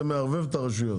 זה מערבב את הרשויות